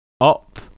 Up